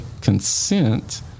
consent